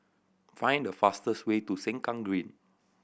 find the fastest way to Sengkang Green